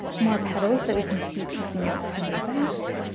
more petals that we can see peeking out from the back.